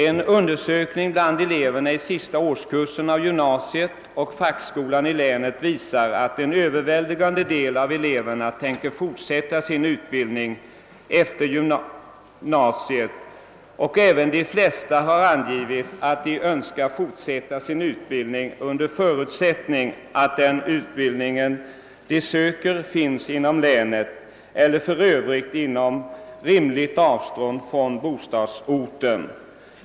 En undersökning bland eleverna i sista årskursen i gymnasiet och fackskolan i länet visar att en överväldigande del av eleverna tänker fortsätta sin utbildning efter gymnasiet. De flesta har angivit att de skulle önska fortsätta sin utbildning under förutsättning av att den utbildning de söker finns inom länet eller för övrigt inom rimligt avstånd från bostadsorten.